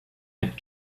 had